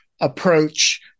approach